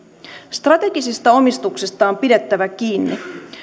strategisista omistuksista on pidettävä kiinni